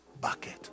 bucket